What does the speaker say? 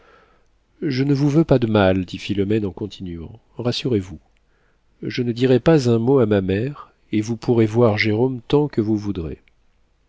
je ne vous veux pas de mal dit philomène en continuant rassurez-vous je ne dirai pas un mot à ma mère et vous pourrez voir jérôme tant que vous voudrez